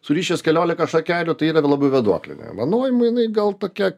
surišęs keliolika šakelių tai yra labai vėduoklinė vanojimui jinai gal tokia